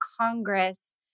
Congress